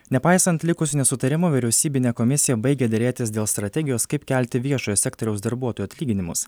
nepaisant likusių nesutarimų vyriausybinė komisija baigė derėtis dėl strategijos kaip kelti viešojo sektoriaus darbuotojų atlyginimus